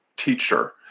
teacher